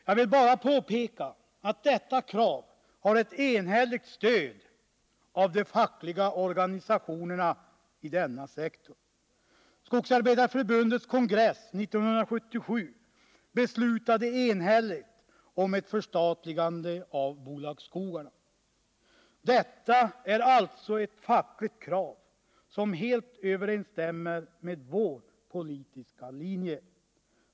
Jag vill bara påpeka att detta krav har ett enhälligt stöd av de fackliga organisationerna i denna sektor. Skogsarbetarförbundets kongress 1977 beslutade enhälligt om ett förstatligande av bolagsskogarna. Detta är alltså ett fackligt krav, som helt överensstämmer med vår politiska linje.